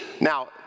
Now